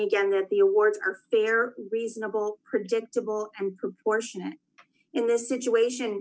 again that the awards are fair reasonable predictable and proportionate in this situation